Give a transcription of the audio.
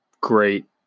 great